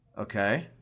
Okay